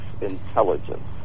intelligence